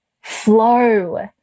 flow